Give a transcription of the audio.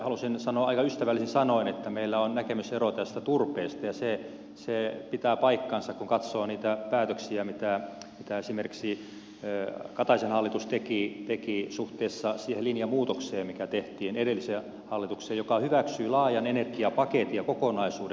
halusin sanoa aika ystävällisin sanoin että meillä on näkemysero tästä turpeesta ja se pitää paikkansa kun katsoo niitä päätöksiä mitä esimerkiksi kataisen hallitus teki sitä linjamuutosta mikä tehtiin suhteessa edelliseen hallitukseen joka hyväksyi laajan energiapaketin ja kokonaisuuden